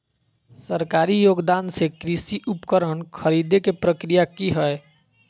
सरकारी योगदान से कृषि उपकरण खरीदे के प्रक्रिया की हय?